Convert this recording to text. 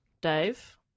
Dave